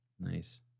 Nice